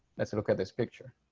let's look at this picture.